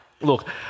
Look